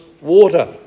water